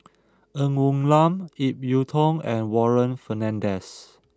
Ng Woon Lam Ip Yiu Tung and Warren Fernandez